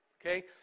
Okay